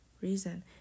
reason